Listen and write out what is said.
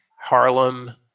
Harlem